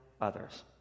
others